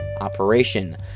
operation